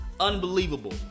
unbelievable